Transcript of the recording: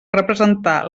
representar